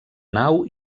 nau